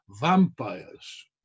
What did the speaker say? vampires